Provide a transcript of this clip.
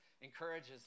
encourages